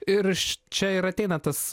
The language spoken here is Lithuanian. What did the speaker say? ir iš čia ir ateina tas